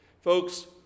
Folks